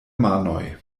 manoj